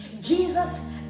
Jesus